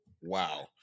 Wow